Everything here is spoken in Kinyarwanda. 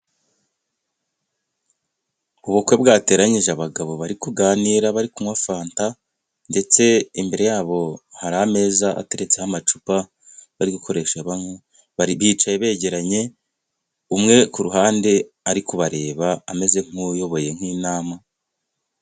ubukwe bwateranyije abagabo bari kuganira , bari kunywa fanta ndetse imbere yabo hari ameza ateretseho amacupa bari gukoresha banywa. Bicaye begeranye ,umwe ku ruhande ari kubareba ameze nk'uyoboye inama.